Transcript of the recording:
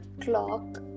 clock